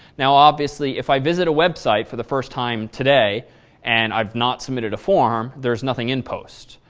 now obviously, if i visit a website for the first time today and i've not submitted a form, there's nothing in post.